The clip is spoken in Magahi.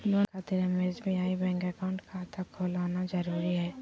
लोन खातिर हमें एसबीआई बैंक अकाउंट खाता खोल आना जरूरी है?